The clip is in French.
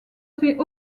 fait